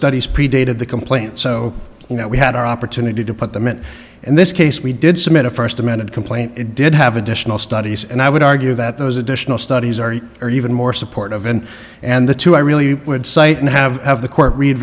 studies predated the complaint so you know we had our opportunity to put them in and this case we did submit a first amended complaint it did have additional studies and i would argue that those additional studies are are even more supportive and and the two i really would cite and have the court read